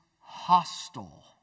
hostile